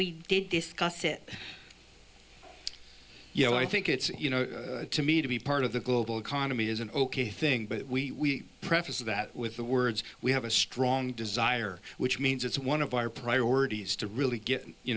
we did discuss it you know i think it's you know to me to be part of the global economy is an ok thing but we preface that with the words we have a strong desire which means it's one of our priorities to really get you